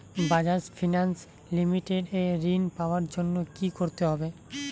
Bajaj finance limited এ ঋন পাওয়ার জন্য কি করতে হবে?